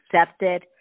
accepted